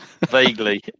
vaguely